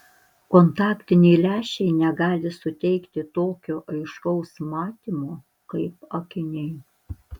kontaktiniai lęšiai negali suteikti tokio aiškaus matymo kaip akiniai